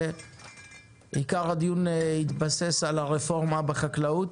עיקר הדיון התבסס על הרפורמה בחקלאות,